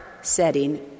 setting